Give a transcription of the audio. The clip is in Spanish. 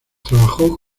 trabajó